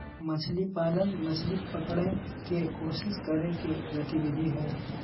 मछली पालन, मछली पकड़य के कोशिश करय के गतिविधि हइ